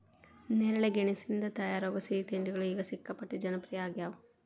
ನೇರಳೆ ಗೆಣಸಿನಿಂದ ತಯಾರಾಗೋ ಸಿಹಿ ತಿಂಡಿಗಳು ಈಗ ಸಿಕ್ಕಾಪಟ್ಟೆ ಜನಪ್ರಿಯ ಆಗ್ಯಾವ